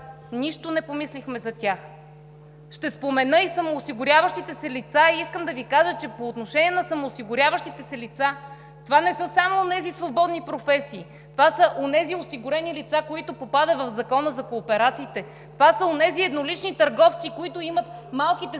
Нищо не помислихме за тях! Ще спомена и самоосигуряващите се лица и искам да Ви кажа, че по отношение на самоосигуряващите се лица това не са само онези свободни професии, това са онези осигурени лица, които попадат в Закона за кооперациите, това са онези еднолични търговци, които имат малките